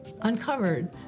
uncovered